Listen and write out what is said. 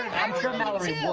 i'm sure mallory